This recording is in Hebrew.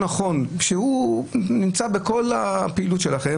יש לנו בעיה כל כך קשה עם הסעיף הזה?